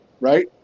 right